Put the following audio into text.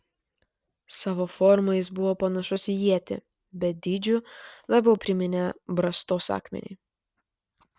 savo forma jis buvo panašus į ietį bet dydžiu labiau priminė brastos akmenį